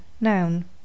Noun